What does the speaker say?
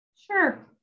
Sure